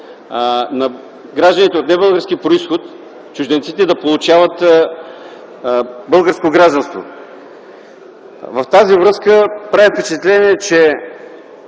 на гражданите от небългарски произход, чужденците да получават българско гражданство. В тази връзка прави впечатление, че